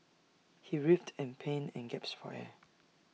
he writhed in pain and gasped for air